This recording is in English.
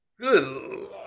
good